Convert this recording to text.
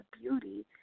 beauty